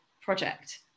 project